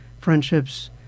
friendships